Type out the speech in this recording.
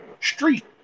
Street